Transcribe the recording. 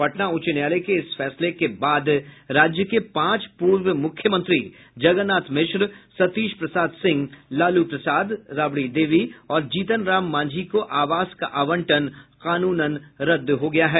पटना उच्च न्यायालय के इस फैसले के बाद राज्य के पांच पूर्व मुख्यमंत्री जगन्नाथ मिश्र सतीश प्रसाद सिंह लालू प्रसाद राबड़ी देवी और जीतन राम मांझी को आवास का आवंटन कानूनन रद्द हो गया है